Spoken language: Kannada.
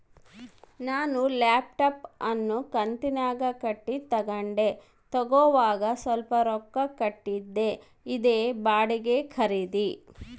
ನಾನು ಲ್ಯಾಪ್ಟಾಪ್ ಅನ್ನು ಕಂತುನ್ಯಾಗ ಕಟ್ಟಿ ತಗಂಡೆ, ತಗೋವಾಗ ಸ್ವಲ್ಪ ರೊಕ್ಕ ಕೊಟ್ಟಿದ್ದೆ, ಇದೇ ಬಾಡಿಗೆ ಖರೀದಿ